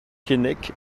keinec